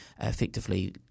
effectively